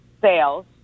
sales